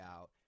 out